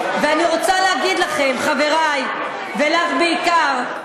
ואני רוצה להגיד לכם, חברי, ולך בעיקר,